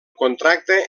contracte